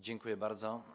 Dziękuję bardzo.